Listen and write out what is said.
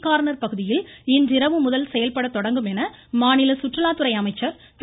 corner பகுதியில் இன்றிரவு முதல் செயல்படத்தொடங்கும் என மாநில சுற்றுலாத்துறை அமைச்சர் திரு